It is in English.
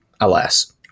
alas